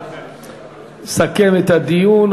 יסכם את הדיון,